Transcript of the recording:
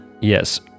Yes